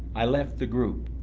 i left the group.